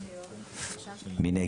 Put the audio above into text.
3. מי נגד?